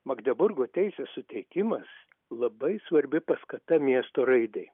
magdeburgo teisės suteikimas labai svarbi paskata miesto raidai